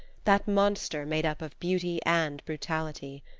that monster made up of beauty and brutality.